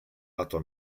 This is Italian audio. lato